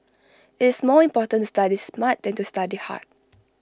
IT is more important to study smart than to study hard